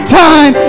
time